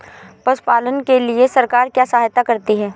पशु पालन के लिए सरकार क्या सहायता करती है?